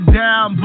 down